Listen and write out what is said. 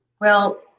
Well-